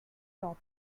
top